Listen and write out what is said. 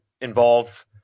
involve